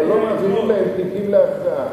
אבל לא מעבירים להם תיקים להכרעה.